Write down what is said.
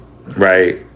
right